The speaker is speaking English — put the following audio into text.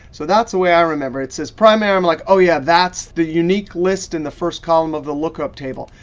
so that's the way i remember. it says, primary. i'm like, oh, yeah, that's the unique list in the first column of the lookup table.